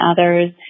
others